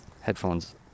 headphones